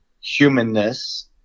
humanness